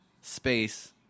space